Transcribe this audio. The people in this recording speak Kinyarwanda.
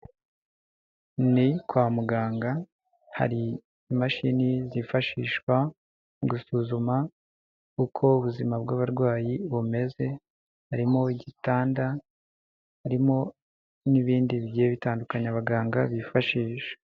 Ni kwa muganga, hari imashini zifashishwa mu gusuzuma uko ubuzima bw'abarwayi bumeze, harimo igitanda, harimo n'ibindi bigiye bitandukanyekanya abaganga bifashisha.